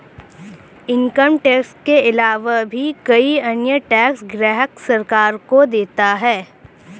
income tax के आलावा भी कई अन्य टैक्स ग्राहक सरकार को देता है